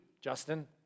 Justin